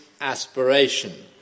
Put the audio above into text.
aspiration